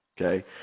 Okay